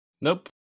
Nope